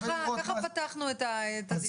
ככה פתחנו את הדיון.